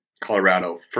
Colorado